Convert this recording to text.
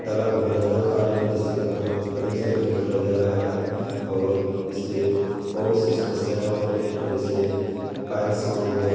तला भुना ज़्यादा खा रहे हैं जिससे कब्ज़ अधिक से अधिक होता जा रहा है और इससे बहुत सी समस्याएँ हो रही है जैसे पाइल्स हो गया